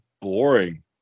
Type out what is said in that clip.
boring